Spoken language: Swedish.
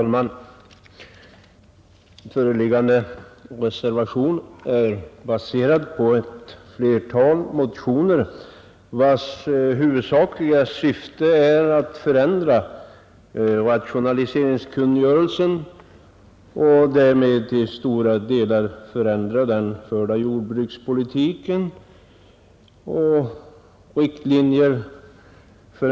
Fru talman! Föreliggande reservation är baserad på ett flertal motioner, vilkas huvudsakliga syfte är att förändra rationaliseringskungörelsen och därmed till stora delar jordbrukspolitiken och riktlinjerna för den.